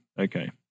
Okay